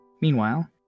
meanwhile